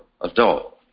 adult